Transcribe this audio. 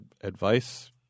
advice